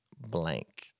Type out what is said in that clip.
blank